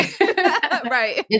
Right